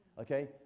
Okay